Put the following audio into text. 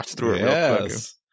yes